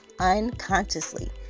unconsciously